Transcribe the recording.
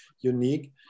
unique